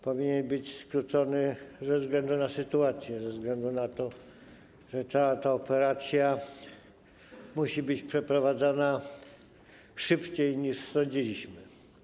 Powinien być skrócony ze względu na sytuację, ze względu na to, że cała ta operacja musi być przeprowadzana szybciej, niż sądziliśmy.